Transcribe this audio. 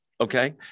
okay